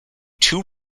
two